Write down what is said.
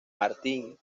martín